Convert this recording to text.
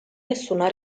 nessuna